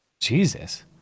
Jesus